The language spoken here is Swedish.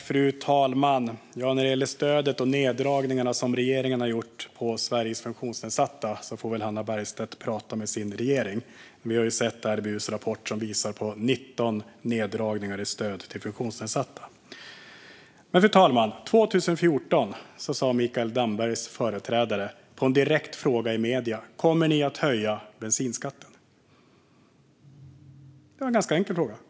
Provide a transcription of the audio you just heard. Fru talman! När det gäller neddragningarna som regeringen har gjort av stöden till Sveriges funktionsnedsatta får väl Hannah Bergstedt prata med sin regering. RBU:s rapport visar på 19 neddragningar av stöd till funktionsnedsatta. Fru talman! År 2014 fick Mikael Dambergs företrädare Magdalena Andersson en direkt fråga i medierna: Kommer ni att höja bensinskatten? Det var en ganska enkel fråga.